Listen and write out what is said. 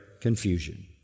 confusion